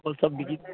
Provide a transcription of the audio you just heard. বিকি